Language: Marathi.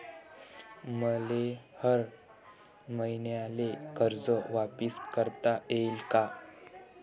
मले हर मईन्याले कर्ज वापिस करता येईन का?